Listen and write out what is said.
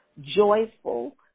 joyful